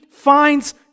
finds